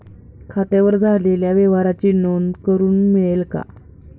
खात्यावर झालेल्या व्यवहाराची नोंद करून मिळेल का?